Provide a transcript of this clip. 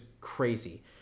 crazy